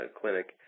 clinic